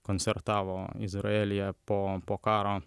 koncertavo izraelyje po po karo